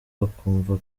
bakumva